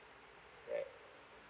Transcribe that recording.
right